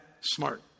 smart